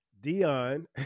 Dion